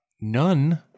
none